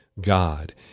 God